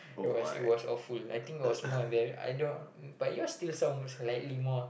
it was it was awful I think it was more embarrassed I don't but yours still sounds slightly more